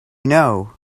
know